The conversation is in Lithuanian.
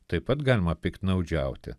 taip pat galima piktnaudžiauti